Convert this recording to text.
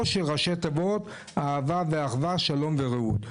או בראשי התיבות אהבה ואחווה, שלום ורעות.